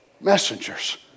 messengers